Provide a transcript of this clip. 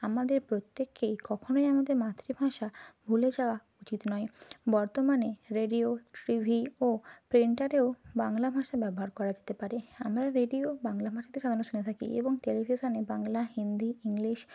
আমাদের প্রত্যেককেই কখনই আমাদের মাতৃভাষা ভুলে যাওয়া উচিত নয় বর্তমানে রেডিও টিভি ও প্রিন্টারেও বাংলা ভাষা ব্যবহার করা যেতে পারে আমরা রেডিও বাংলা ভাষাতে সাধারণত শুনে থাকি এবং টেলিভিশনে বাংলা হিন্দি ইংলিশ